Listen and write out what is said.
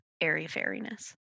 airy-fairiness